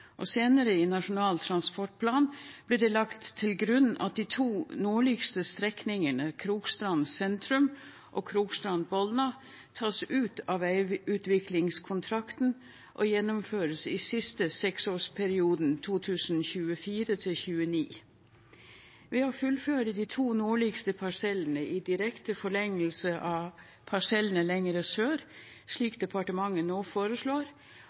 Senere, i Nasjonal transportplan, ble det lagt til grunn at de to nordligste strekningene, Krokstrand sentrum og Krokstrand–Bolna, tas ut av veiutviklingskontrakten og gjennomføres i siste seksårsperiode, 2024–2029. Ved å fullføre de to nordligste parsellene i direkte forlengelse av parsellene lenger sør, slik departementet nå foreslår,